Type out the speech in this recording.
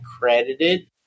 credited